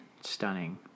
stunning